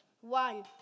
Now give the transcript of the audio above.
One